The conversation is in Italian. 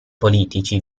politici